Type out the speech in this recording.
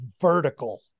vertical